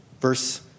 Verse